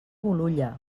bolulla